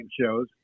shows